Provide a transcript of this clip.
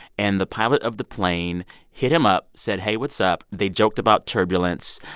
and the pilot of the plane hit him up said, hey, what's up? they joked about turbulence.